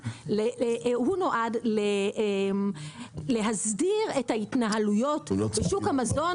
נועד להסדיר את ההתנהלויות בשוק המזון,